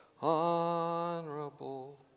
honorable